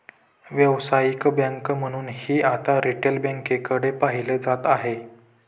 व्यावसायिक बँक म्हणूनही आता रिटेल बँकेकडे पाहिलं जात आहे